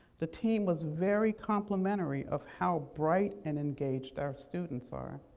the team was very complimentary of how bright and engaged our students are.